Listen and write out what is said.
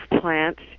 plants